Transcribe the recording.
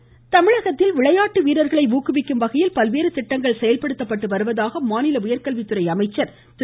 அன்பழகன் தமிழகத்தில் விளையாட்டு வீரர்களை ஊக்குவிக்கும் வகையில் பல்வேறு திட்டங்கள் செயல்படுத்தப்பட்டு வருவதாக மாநில உயர்கல்வித்துறை அமைச்சர் திரு